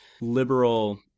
liberal